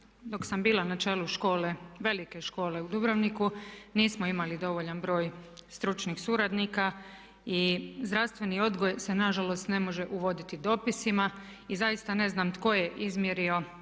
dok sam bila na čelu velike škole u Dubrovniku nismo imali dovoljan broj stručnih suradnika i zdravstveni odgoj se nažalost ne može uvoditi dopisima. Zaista ne znam tko je izmjerio